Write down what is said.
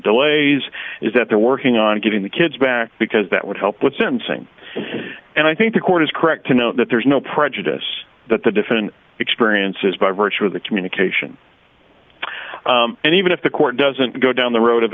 delays is that they're working on getting the kids back because that would help with sentencing and i think the court is correct to know that there's no prejudice that the different experiences by virtue of the communication and even if the court doesn't go down the road of